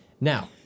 Now